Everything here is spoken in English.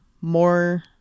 more